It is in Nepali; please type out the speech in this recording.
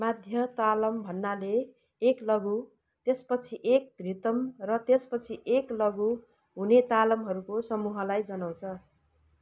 माध्य तालम् भन्नाले एक लघु त्यसपछि एक धृतम् र त्यसपछि एक लघु हुने तालम्हरूको समूहलाई जनाउँछ